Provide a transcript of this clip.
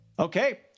Okay